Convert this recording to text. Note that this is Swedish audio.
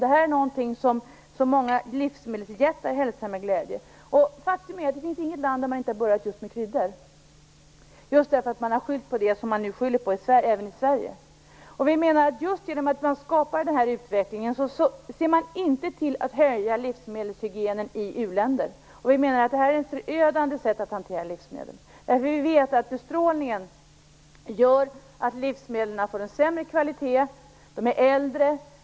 Detta är någonting som många livsmedelsjättar hälsar med glädje. Faktum är att det finns inget land som inte har börjat just med kryddor. De har skyllt på det som man nu även skyller på i Sverige. Just genom att den här utvecklingen skapas ser man inte till att höja livsmedelshygienen i u-länderna. Det är ett förödande sätt att hantera livsmedel. Vi vet att bestrålningen gör att livsmedlen får en sämre kvalitet. De är äldre.